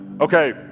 okay